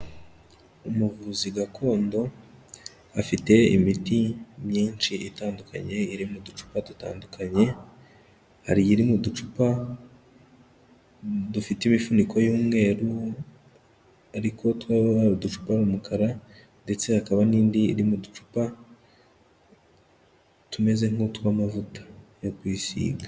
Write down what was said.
Umuvuzi gakondo afite imiti myinshi itandukanye iri mu ducupa dutandukanye, hari iyi iri muducupa dufite imifuniko y'umweru ariko two ari uducupa ari umukara ndetse hakaba n'indi iri mu ducupa tumeze nk'utw'amavuta yo kwisiga.